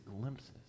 glimpses